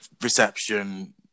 reception